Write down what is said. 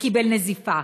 וקיבל נזיפה.